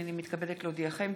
הינני מתכבדת להודיעכם,